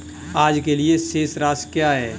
आज के लिए शेष राशि क्या है?